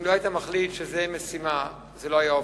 אם לא היית מחליט שזה משימה, זה לא היה עובר.